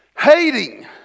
Hating